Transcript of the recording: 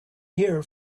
here